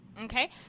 okay